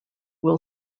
will